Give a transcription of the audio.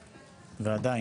ועדיין,